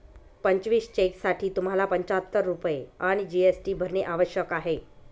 पंचवीस चेकसाठी तुम्हाला पंचाहत्तर रुपये आणि जी.एस.टी भरणे आवश्यक आहे